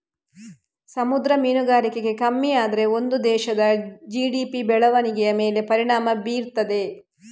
ಸಮುದ್ರ ಮೀನುಗಾರಿಕೆ ಕಮ್ಮಿ ಆದ್ರೆ ಅದು ದೇಶದ ಜಿ.ಡಿ.ಪಿ ಬೆಳವಣಿಗೆಯ ಮೇಲೆ ಪರಿಣಾಮ ಬೀರ್ತದೆ